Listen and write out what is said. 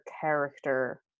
character